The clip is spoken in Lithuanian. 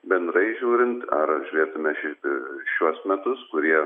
bendrai žiūrint ar žiūrėtume šiaip šiuos metus kurie